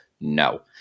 No